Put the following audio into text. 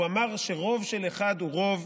הוא אמר ש'רוב של אחד זה רוב'